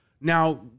Now